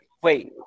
Wait